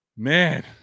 Man